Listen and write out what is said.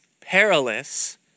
perilous